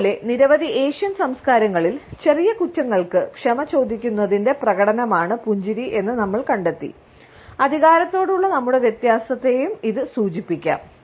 അതുപോലെ നിരവധി ഏഷ്യൻ സംസ്കാരങ്ങളിൽ ചെറിയ കുറ്റങ്ങൾക്ക് ക്ഷമ ചോദിക്കുന്നതിന്റെ പ്രകടനമാണ് പുഞ്ചിരി എന്ന് നമ്മൾ കണ്ടെത്തി അധികാരത്തോടുള്ള നമ്മുടെ വ്യത്യാസത്തെയും ഇത് സൂചിപ്പിക്കാം